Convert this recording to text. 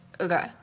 okay